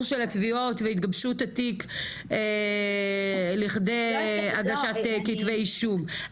של התביעות והתגבשות התיק לכדי הגשת כתבי אישום.